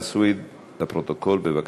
אדוני היושב-ראש, תוסיף אותי בבקשה.